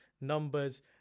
numbers